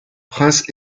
prince